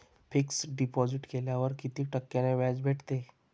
Fix deposit केल्यावर कितीक टक्क्यान व्याज भेटते?